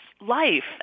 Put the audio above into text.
life